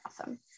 awesome